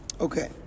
Okay